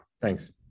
Thanks